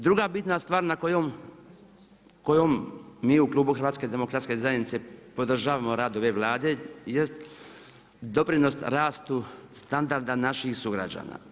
Druga bitna stvar na kojom mi u Klubu HDZ-a podržavamo rad ove Vlade jest doprinos rastu standarda naših sugrađana.